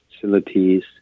facilities